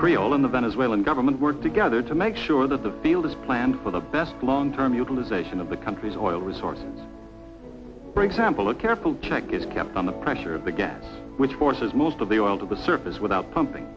creole in the venezuelan government work together to make sure that the field is planned for the best long term utilization of the country's oil resources for example a careful check is kept on the pressure of the gas which forces most of the oil to the surface without pumping